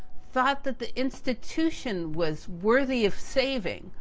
thought that the institution was worthy of saving,